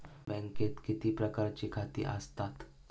बँकेत किती प्रकारची खाती आसतात?